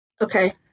Okay